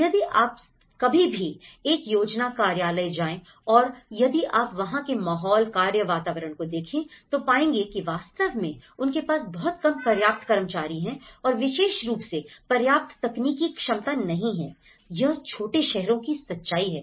यदि आप कभी भी एक योजना कार्यालय जाएं और यदि आप वहां के माहौल कार्य वातावरण को देखें तो पाएंगे कि वास्तव में उनके पास बहुत कम पर्याप्त कर्मचारी हैं और विशेष रूप से पर्याप्त तकनीकी क्षमता नहीं है यह छोटे शहरों की सच्चाई है